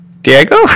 Diego